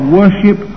worship